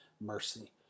mercy